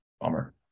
Bummer